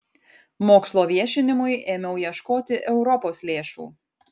mokslo viešinimui ėmiau ieškoti europos lėšų